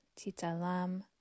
titalam